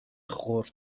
خرد